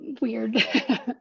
weird